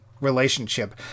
relationship